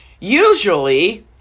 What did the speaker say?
Usually